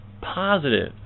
positive